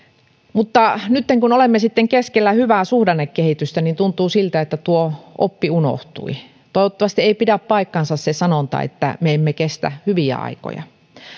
mutta nytten kun olemme sitten keskellä hyvää suhdannekehitystä tuntuu siltä että tuo oppi unohtui toivottavasti ei pidä paikkansa se sanonta että me emme kestä hyviä aikoja